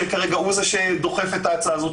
שכרגע הוא זה שדוחף את הצעה הזאת,